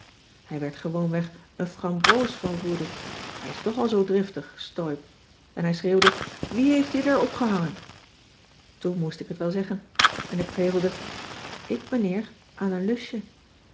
hij werd gewoonweg een framboos van woede hij is toch al zoo driftig steub en hij schreeuwde wie heeft die daar opgehangen toen moest ik het wel zeggen en ik prevelde ik meneer aan een lusje